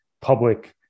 public